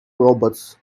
robots